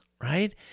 right